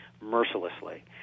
mercilessly